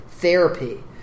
Therapy